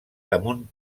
damunt